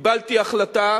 קיבלתי החלטה